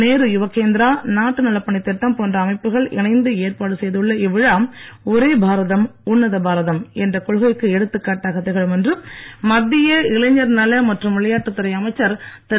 நேரு யுவக்கேந்திரா நாட்டு நலப் பணித்திட்டம் போன்ற அமைப்புகள் இணைந்து ஏற்பாடு செய்துள்ள இவ்விழா ஒரே பாரதம் உண்ணத பாராதம் என்ற கொள்கைக்கு எடுத்துக்காட்டாக திகழும் என்று மத்திய இளைஞர் நல மற்றும் விளையாட்டுத்துறை அமைச்சர் திரு